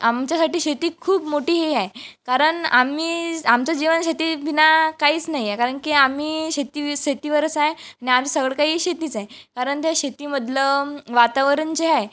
आमच्यासाठी शेती खूप मोठी हे आहे कारण आम्ही आमचं जीवन शेती बिना काहीच नाही आहे कारण की आम्ही शेती शेतीवरच आहे आणि आम्ही सगळं काही शेतीच आहे कारण त्या शेतीमधलं वातावरण जे आहे